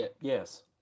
Yes